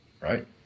Right